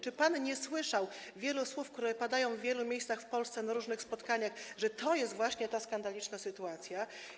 Czy pan nie słyszał wielu słów, które padają w wielu miejscach w Polsce na różnych spotkaniach, że to jest właśnie skandaliczna sytuacja?